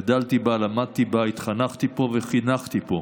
גדלתי בה, למדתי בה, התחנכתי פה וחינכתי פה.